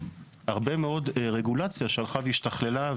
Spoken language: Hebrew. הרבה מאוד רגולציה שהלכה והשתכללה,